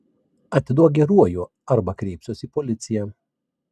atiduok geruoju arba kreipsiuosi į policiją